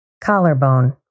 Collarbone